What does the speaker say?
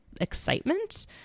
excitement